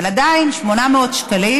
אבל עדיין 800 שקלים